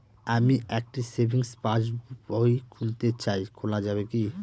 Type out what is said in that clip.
আমি একটি savings passbook খুলতে চাই খোলা যাবে কি?